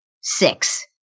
Six